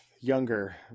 younger